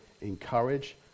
encourage